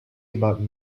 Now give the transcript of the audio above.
about